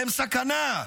והם סכנה,